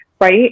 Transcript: Right